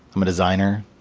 i'm a designer,